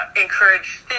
encourage